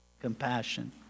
compassion